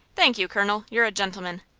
thank you, colonel. you're a gentleman!